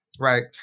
Right